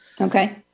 Okay